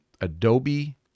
Adobe